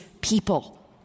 people